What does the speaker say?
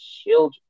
children